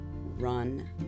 run